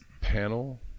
panel